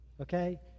Okay